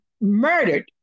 murdered